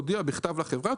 הודיע בכתב לחברה,